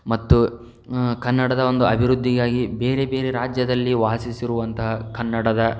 ಮತ್ತು ಕನ್ನಡದ ಒಂದು ಅಭಿವೃದ್ಧಿಗಾಗಿ ಬೇರೆ ಬೇರೆ ರಾಜ್ಯದಲ್ಲಿ ವಾಸಿಸಿರುವಂತಹ ಕನ್ನಡದ